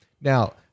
Now